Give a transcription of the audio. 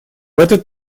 этот